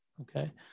okay